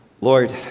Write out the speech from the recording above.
Lord